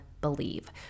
believe